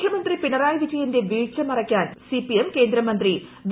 മുഖ്യമന്ത്രി പിണറായി വിജയന്റെ വീഴ്ച മറയ്ക്കാൻ സിപിഎം കേന്ദ്ര മന്ത്രി വി